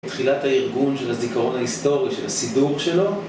תחילת הארגון, של הזיכרון ההיסטורי, של הסידור שלו.